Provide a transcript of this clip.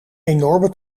enorme